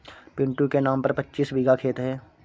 पिंटू के नाम पर पच्चीस बीघा खेत है